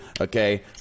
okay